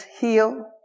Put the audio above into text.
heal